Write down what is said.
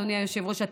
אדוני היושב-ראש,